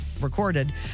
Recorded